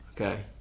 Okay